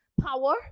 power